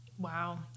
Wow